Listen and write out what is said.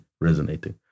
resonating